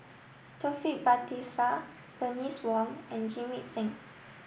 Taufik Batisah Bernice Wong and Jamit Singh